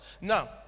Now